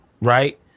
right